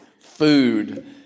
food